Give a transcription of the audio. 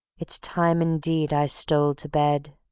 it's time indeed i stole to bed.